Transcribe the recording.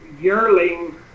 yearling